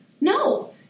No